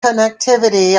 connectivity